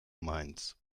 meins